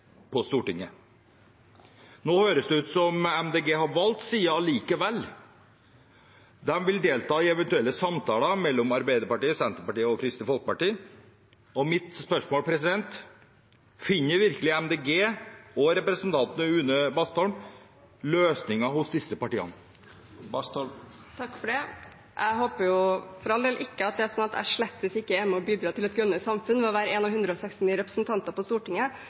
på Stortinget. Nå høres det ut som om Miljøpartiet De Grønne har valgt side allikevel. De vil delta i eventuelle samtaler mellom Arbeiderpartiet, Senterpartiet og Kristelig Folkeparti. Mitt spørsmål er: Finner virkelig Miljøpartiet De Grønne og representanten Une Bastholm løsningen hos disse partiene? Jeg håper for all del ikke at det er sånn at jeg slett ikke er med og bidrar til et grønnere samfunn ved å være 1 av 169 representanter på Stortinget.